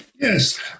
yes